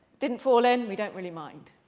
didn't fall in, we don't really mind.